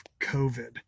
COVID